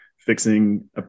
Fixing